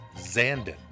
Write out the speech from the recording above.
Zandon